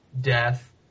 death